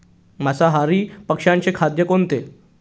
मांसाहारी पक्ष्याचे खाद्य कोणते?